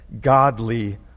Godly